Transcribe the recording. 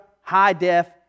high-def